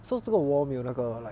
so 这个 wall 没有那个 like